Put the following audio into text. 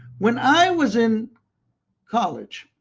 when i was in college,